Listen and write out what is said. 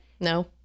No